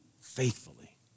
faithfully